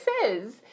says